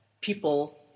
people